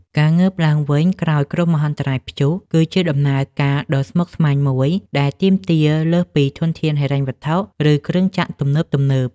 ការងើបឡើងវិញក្រោយគ្រោះមហន្តរាយព្យុះ គឺជាដំណើរការដ៏ស្មុគស្មាញមួយដែលទាមទារលើសពីធនធានហិរញ្ញវត្ថុ ឬគ្រឿងចក្រទំនើបៗ។